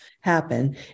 happen